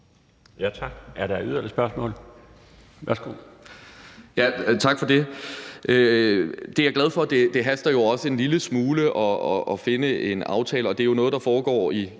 Tak. Er der yderligere spørgsmål? Værsgo.